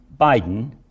Biden